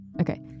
Okay